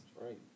Right